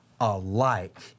alike